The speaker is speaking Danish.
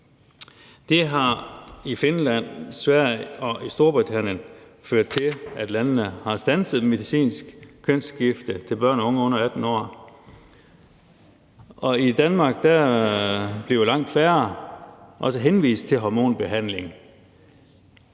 Det har i Finland, Sverige og Storbritannien ført til, at landene har standset medicinsk kønsskifte til børn og unge under 18 år, og i Danmark bliver langt færre også henvist til hormonbehandling,